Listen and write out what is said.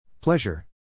Pleasure